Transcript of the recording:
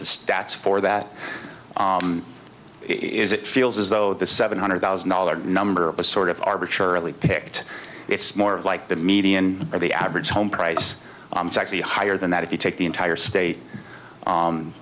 stats for that is it feels as though the seven hundred thousand dollars number of a sort of arbitrarily picked it's more like the median or the average home price it's actually higher than that if you take the entire state